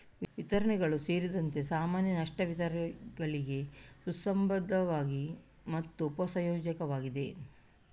ವಿತರಣೆಗಳು ಸೇರಿದಂತೆ ಸಾಮಾನ್ಯ ನಷ್ಟ ವಿತರಣೆಗಳಿಗೆ ಸುಸಂಬದ್ಧವಾಗಿದೆ ಮತ್ತು ಉಪ ಸಂಯೋಜಕವಾಗಿದೆ